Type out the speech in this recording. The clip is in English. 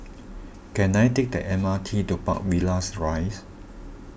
can I take the M R T to Park Villas Rise